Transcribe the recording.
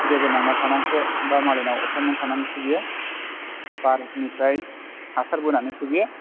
देबोरनांना थानानैसो बा मालायनाव अरथाबना थानानैसो बियो बारनिफ्राय हासार बोनानैसो बियो